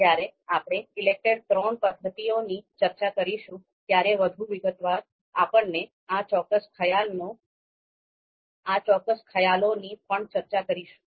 જ્યારે આપણે ઈલેકટેર III પદ્ધતિઓની ચર્ચા કરીશું ત્યારે વધુ વિગતવાર આપણે આ ચોક્કસ ખ્યાલોની પણ ચર્ચા કરીશું